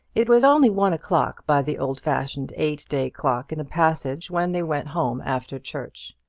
it was only one o'clock, by the old-fashioned eight-day clock in the passage, when they went home after church.